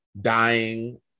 dying